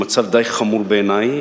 שהוא מצב די חמור בעיני,